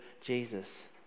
Jesus